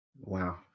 Wow